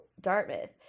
Dartmouth